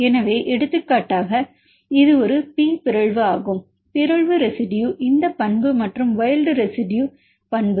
எனவே எடுத்துக்காட்டாக இது ஒரு P பிறழ்வு ஆகும் இது பிறழ்வு ரெசிடுயு இந்த பண்பு மற்றும் வைல்ட் ரெசிடுயு பண்பு